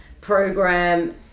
program